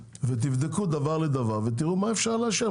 ותבדקו דבר לדבר ותראו מה אפשר לאשר,